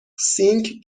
سینک